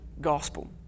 gospel